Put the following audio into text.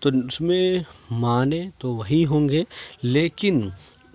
تو اس میں معنی تو وہیں ہوں گے لیکن